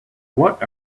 what